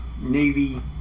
navy